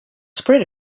spread